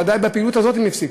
ודאי את הפעילות הזאת הם הפסיקו.